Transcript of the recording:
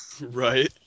Right